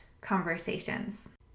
conversations